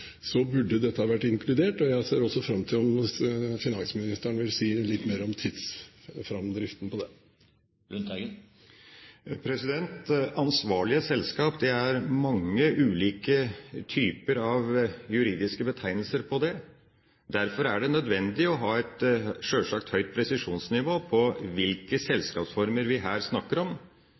så sterkt som man har gjort innenfor jord og skog, hvor man ikke får i gang den naturlige omsetningen, burde dette vært inkludert. Jeg ser også fram til at finansministeren kan si litt mer om tidsframdriften på det. Ansvarlige selskap – det er mange ulike typer av juridiske betegnelser på det. Derfor er det sjølsagt nødvendig å ha et høyt presisjonsnivå på hvilke selskapsformer vi